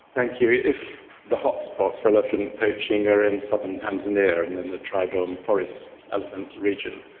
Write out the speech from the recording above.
thank you. if the hotspots for elephant poaching are in southern tanzania and in the tridom forest elephant region,